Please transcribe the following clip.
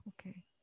Okay